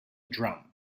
drum